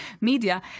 media